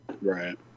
Right